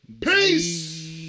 peace